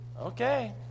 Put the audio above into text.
Okay